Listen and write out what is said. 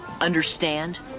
understand